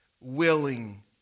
willing